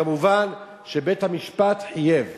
ומובן שבית-המשפט חייב.